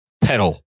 pedal